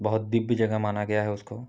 बहुत दिव्य जगह माना गया है उसको